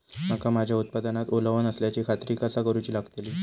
मका माझ्या उत्पादनात ओलावो नसल्याची खात्री कसा करुची लागतली?